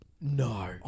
No